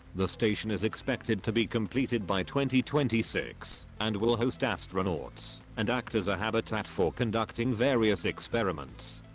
the station is expected to be completed by twenty twenty six, and will host astronauts, and act as a habitat for conducting various experiments.